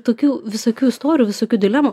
tokių visokių istorijų visokių dilemų